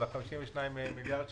על 52 מיליארד שקלים,